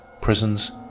Prisons